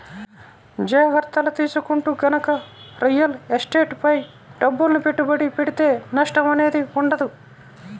జాగర్తలు తీసుకుంటూ గనక రియల్ ఎస్టేట్ పై డబ్బుల్ని పెట్టుబడి పెడితే నష్టం అనేది ఉండదు